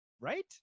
right